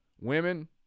Women